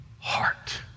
Heart